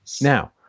Now